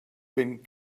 been